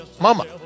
Mama